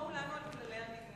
שנשמור כולנו על כללי הנימוס.